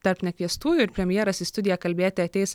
tarp nekviestųjų ir premjeras į studiją kalbėti ateis